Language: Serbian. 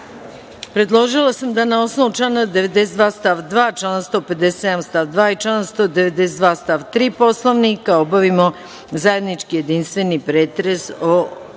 potvrdila. Predložila sam da na osnovu člana 92. stav 2, člana 157. stav 2. i člana 192. stav 3. Poslovnika, obavimo zajednički jedinstveni pretres